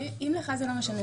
אם לך זה לא משנה,